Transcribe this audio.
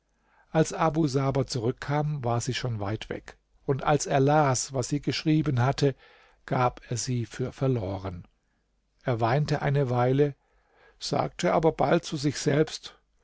als abu saber zurückkam war sie schon weit weg und als er las was sie geschrieben hatte gab er sie für verloren er weinte eine weile sagte aber bald zu sich selbst